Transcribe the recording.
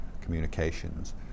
communications